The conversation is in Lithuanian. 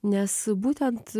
nes būtent